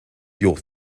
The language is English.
your